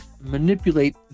manipulate